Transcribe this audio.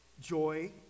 joy